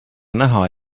näha